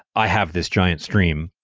i have this giant stream.